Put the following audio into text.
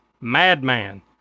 Madman